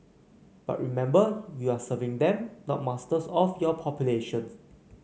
but remember you are serving them not masters of your populations